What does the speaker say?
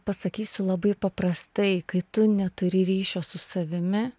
pasakysiu labai paprastai kai tu neturi ryšio su savimi